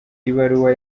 ibaruwa